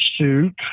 Shoot